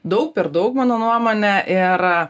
daug per daug mano nuomone ir